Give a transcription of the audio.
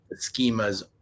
schemas